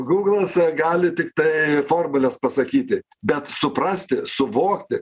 guglas gali tiktai formules pasakyti bet suprasti suvokti